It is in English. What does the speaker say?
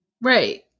Right